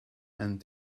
and